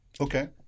Okay